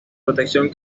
protección